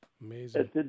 Amazing